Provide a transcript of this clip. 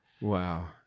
Wow